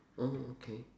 oh okay